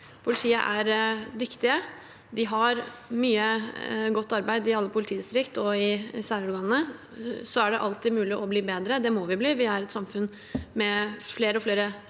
Politiet er dyktige, det gjøres mye godt arbeid i alle politidistrikter og i særorganene, men det er alltid mulig å bli bedre. Det må vi bli, for vi er et samfunn med flere og flere